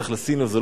צריך לשים לב,